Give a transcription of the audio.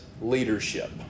leadership